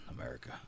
America